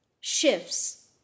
shifts